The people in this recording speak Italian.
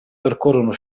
percorrono